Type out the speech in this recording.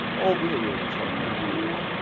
all wieroos are murderers.